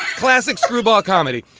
classic screwball comedy.